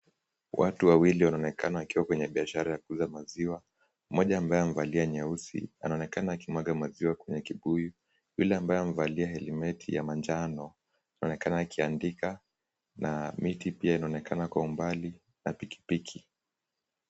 Watu wawili wanaonekana wakiwa kwenye biashara ya kuuza maziwa. Mmoja ambaye amevalia nyeusi anaonekana akimwaga maziwa kwenye kibuyu. Yule ambaye amevalia helmeti ya manjano anaonekana akiandika na miti pia inaonekana kwa umbali na pikipiki.